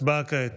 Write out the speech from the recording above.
הצבעה כעת.